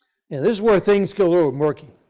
and is where things get a little murky.